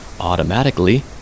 Automatically